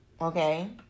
Okay